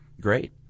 great